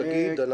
תגיד.